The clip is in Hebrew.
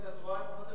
את רואה?